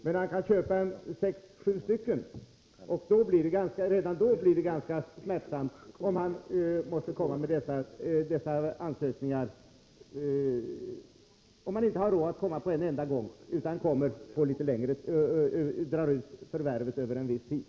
Men man kan köpa sex eller sju stycken, och redan då blir det ganska smärtsamt om man inte har råd att komma på en enda gång utan drar ut förvärvet över en viss tid.